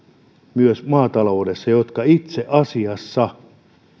myös maataloudessa hyviä toimijoita jotka itse asiassa